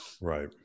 Right